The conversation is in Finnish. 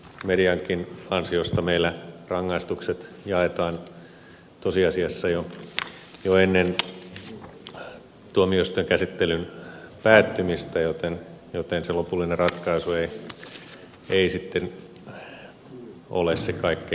mediankin ansiosta meillä rangaistukset jaetaan tosiasiassa jo ennen tuomioistuinkäsittelyn päättymistä joten se lopullinen ratkaisu ei sitten ole se kaikkein tärkein